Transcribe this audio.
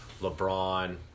LeBron